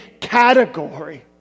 category